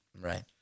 Right